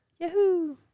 Yahoo